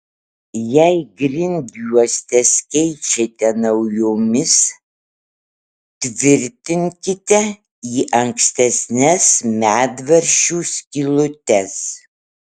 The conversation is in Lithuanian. jei grindjuostes keičiate naujomis tvirtinkite į ankstesnes medvaržčių skylutes